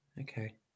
okay